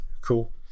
cool